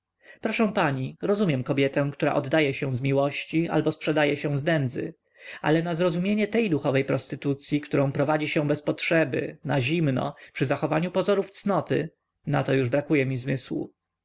proszę pani rozumiem kobietę która oddaje się z miłości albo sprzedaje się z nędzy ale na zrozumienie tej duchowej prostytucyi którą prowadzi się bez potrzeby na zimno przy zachowaniu pozorów cnoty nato już brakuje mi zmysłu